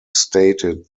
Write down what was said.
stated